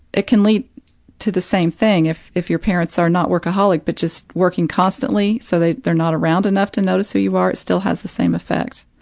it can lead to the same thing if if your parents are not workaholic but just working constantly, so they're not around enough to notice who you are still has the same effect,